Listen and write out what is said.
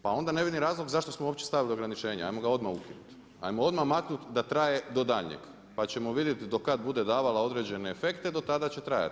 Pa onda ne vidim razlog zašto smo uopće stavili ograničenje, ajmo ga odmah ukinuti, ajmo odmah maknut da traje do daljnjeg pa ćemo vidjeti do kada bude davala određene efekte do tada će trajati.